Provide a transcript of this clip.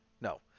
No